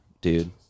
dude